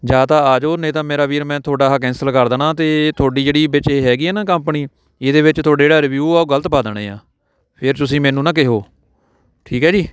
ਜਾਂ ਤਾਂ ਆ ਜੋ ਨਹੀਂ ਤਾਂ ਮੇਰਾ ਵੀਰ ਮੈਂ ਤੁਹਾਡਾ ਆਹ ਕੈਂਸਲ ਕਰ ਦੇਣਾ ਅਤੇ ਤੁਹਾਡੀ ਜਿਹੜੀ ਵਿੱਚ ਇਹ ਹੈਗੀ ਆ ਨਾ ਕੰਪਨੀ ਇਹਦੇ ਵਿੱਚ ਤੁਹਾਡੇ ਜਿਹੜਾ ਰਿਵਿਊ ਆ ਉਹ ਗਲਤ ਪਾ ਦੇਣੇ ਆ ਫਿਰ ਤੁਸੀਂ ਮੈਨੂੰ ਨਾ ਕਿਹੋ ਠੀਕ ਹੈ ਜੀ